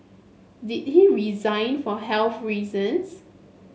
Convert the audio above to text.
did he resign for health reasons